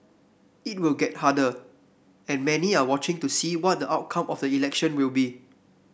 it will get harder and many are watching to see what the outcome of the election will be